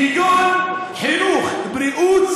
הוא יכול להגיד מה שהוא רוצה.